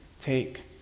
Take